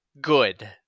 good